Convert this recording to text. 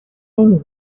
نمی